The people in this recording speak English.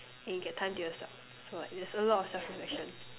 and you get time to yourself so like there's a lot of self reflection